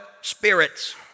spirits